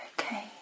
Okay